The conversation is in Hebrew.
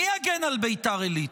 מי יגן על ביתר עילית?